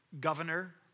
governor